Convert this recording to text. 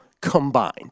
combined